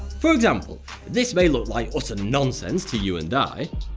for example this may look like nonsense to you and i.